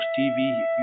TV